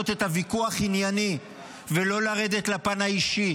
את הוויכוח ענייני ולא לרדת לפן האישי.